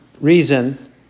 reason